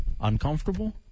Uncomfortable